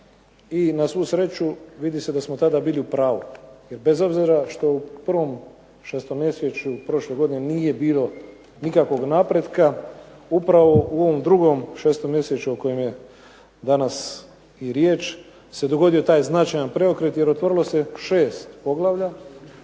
I na svu sreću vidi se da smo tada bili u pravu. Jer bez obzira što u prvom 6-mjesečju prošle godine nije bilo nikakvog napretka upravo u ovom drugom 6-mjesečju o kojem je danas i riječ se dogodio taj značajan preokret. Jer otvorilo se 6 poglavlja,